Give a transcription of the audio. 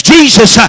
Jesus